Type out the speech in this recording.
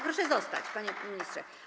Proszę zostać, panie ministrze.